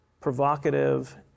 provocative